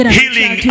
healing